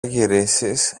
γυρίσεις